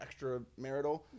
extramarital